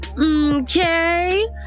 Okay